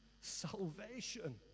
salvation